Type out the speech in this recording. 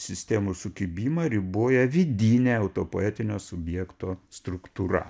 sistemų sukibimą riboja vidinė autopoetinio subjekto struktūra